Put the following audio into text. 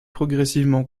progressivement